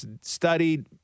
studied